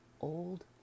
old